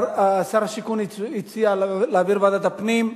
שר השיכון הציע להעביר לוועדת הפנים.